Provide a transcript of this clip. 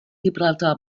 gibraltar